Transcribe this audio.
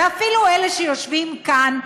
ואפילו אלה שיושבים כאן,